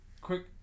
quick